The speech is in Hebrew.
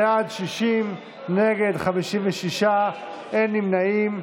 בעד, 60, נגד 56, אין נמנעים.